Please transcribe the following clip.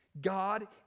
God